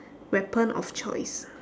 weapon of choice